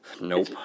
Nope